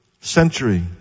century